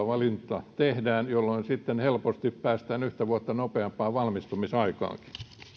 valinta tehdään suoraan ylioppilastutkinnolla jolloin sitten helposti päästään yhtä vuotta nopeampaan valmistumisaikaankin